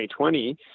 2020